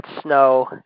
snow